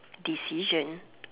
decision